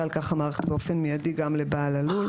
על כך המערכת באופן מיידי גם לבעל הלול.